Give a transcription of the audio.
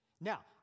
Now